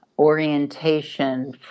orientation